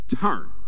Turn